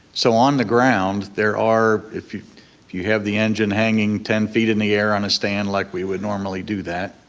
so on the ground there are, if you if you have the engine hanging ten feet in the air on a stand like we would normally do that,